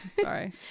Sorry